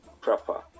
proper